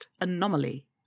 Anomaly